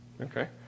Okay